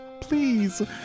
please